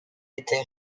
été